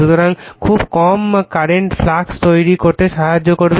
সুতরাং খুব কম কারেন্ট ফ্লাক্স তৈরি করতে সাহায্য করবে